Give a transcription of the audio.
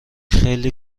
خیلی